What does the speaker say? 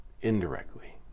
indirectly